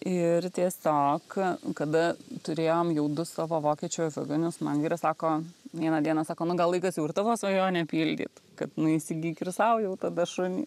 ir tiesiog kada turėjom jau du savo vokiečių aviganius man vyras sako vieną dieną sako nu gal laikas jau ir tavo svajonę pildyt kad nu įsigyk ir sau jau tada šunį